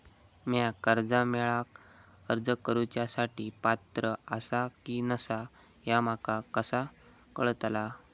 म्या कर्जा मेळाक अर्ज करुच्या साठी पात्र आसा की नसा ह्या माका कसा कळतल?